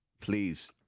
Please